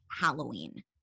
Halloween